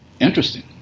Interesting